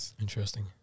interesting